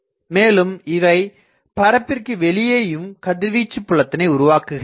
மேலும் இவை பரப்பிற்கு வெளியேயும் கதிர்வீச்சுப் புலத்திணை உருவாக்குகின்றன